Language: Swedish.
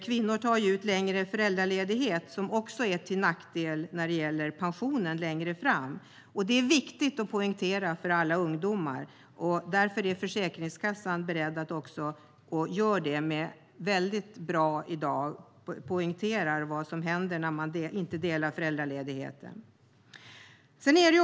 Kvinnor tar ut längre föräldraledighet, vilket är till nackdel för pensionen längre fram. Det är viktigt att poängtera för alla ungdomar. Därför informerar Försäkringskassan på ett bra sätt om vad som händer när man inte delar på föräldraledigheten.